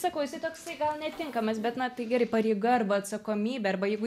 sakau jisai toksai gal netinkamas bet na tai gerai pareiga arba atsakomybė arba jeigu